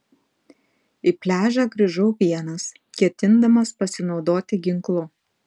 į pliažą grįžau vienas ketindamas pasinaudoti ginklu